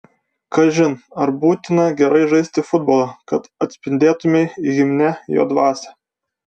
kažin ar būtina gerai žaisti futbolą kad atspindėtumei himne jo dvasią